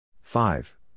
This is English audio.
five